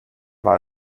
war